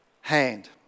hand